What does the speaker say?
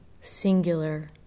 singular